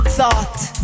Thought